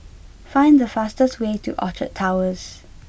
find the fastest way to Orchard Towers